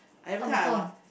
everytime I'm uh